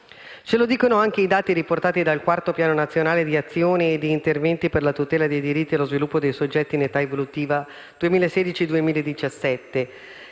Ce lo dicono anche i dati riportati dal IV Piano nazionale di azione e di interventi per la tutela dei diritti e lo sviluppo dei soggetti in età evolutiva 2016-2017,